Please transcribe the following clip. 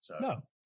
No